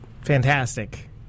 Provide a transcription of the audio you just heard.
fantastic